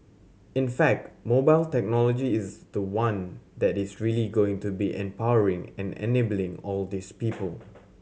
in fact mobile technology is the one that is really going to be empowering and enabling all these people